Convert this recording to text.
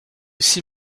six